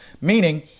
meaning